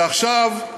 ועכשיו,